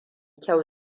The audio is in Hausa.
kyau